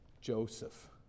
Joseph